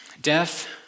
Death